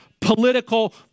political